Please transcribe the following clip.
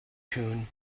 tune